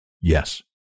Yes